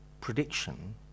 prediction